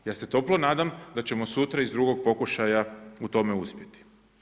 Ja se toplo nadam da ćemo sutra iz drugog pokušaja u tome uspjeti.